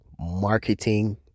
marketing